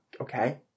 okay